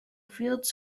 fields